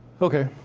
okay,